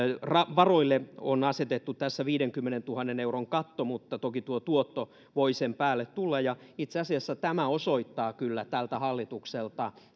varoille on asetettu tässä viidenkymmenentuhannen euron katto mutta toki tuo tuotto voi sen päälle tulla itse asiassa tämä osoittaa kyllä tältä hallitukselta